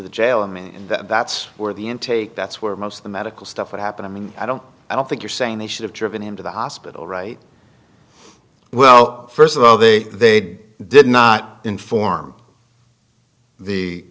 mean that's where the intake that's where most of the medical stuff that happened i mean i don't i don't think you're saying they should have driven him to the hospital right well first of all they they did not inform the